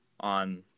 on